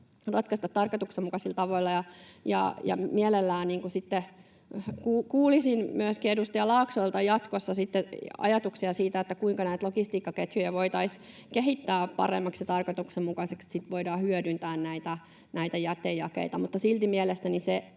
ratkaista tarkoituksenmukaisilla tavoilla. Mielelläni kuulisin myöskin edustaja Laaksolta jatkossa ajatuksia siitä, kuinka näitä logistiikkaketjuja voitaisiin kehittää paremmiksi ja tarkoituksenmukaisemmiksi, että sitten voidaan hyödyntää näitä jätejakeita. Mutta silti mielestäni